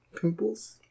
Pimples